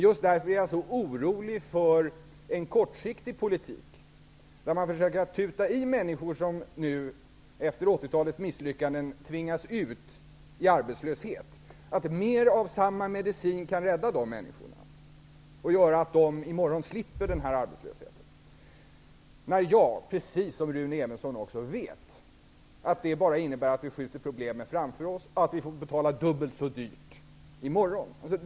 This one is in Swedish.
Just därför är jag så orolig för en kortsiktig politik, där man försöker tuta i människor som efter 1980-talets misslyckanden tvingas ut i arbetslöshet att mer av samma medicin kan rädda dem och göra att de i morgon slipper denna arbetslöshet. När jag, precis som Rune Evensson, vet att det bara innebär att vi skjuter problemen framför oss, och att vi får betala dubbelt så dyrt i morgon.